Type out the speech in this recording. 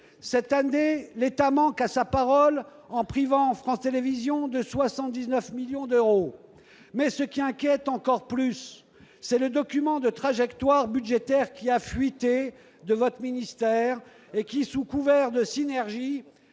Cette année, l'État manque à sa parole en privant France Télévisions de 79 millions d'euros. Mais ce qui nous inquiète encore davantage, c'est le document budgétaire qui a « fuité » de votre ministère et qui, sous couvert de synergie,